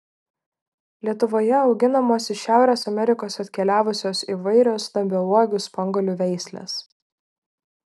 lietuvoje auginamos iš šiaurės amerikos atkeliavusios įvairios stambiauogių spanguolių veislės